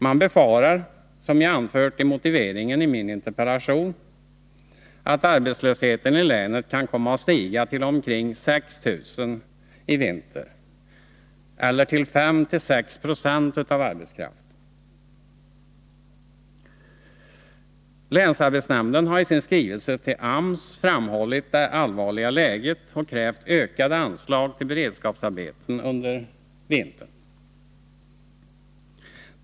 Man befarar — som jag anfört i motiveringen i min interpellation — att arbetslösheten i länet kan komma att stiga till omkring 6 000 personer i vinter eller till 5-6 20 av arbetskraften. Länsarbetsnämnden har i sin skrivelse till AMS framhållit det allvarliga läget och krävt ökade anslag till beredskapsarbeten under vintern.